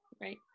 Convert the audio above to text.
right